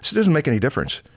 it doesn't make any difference.